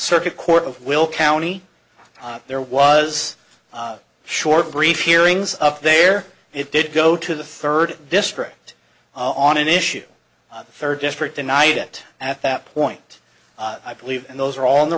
circuit court of will county there was short brief hearings up there it did go to the third district on an issue the third district denied it at that point i believe and those are all in the